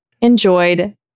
enjoyed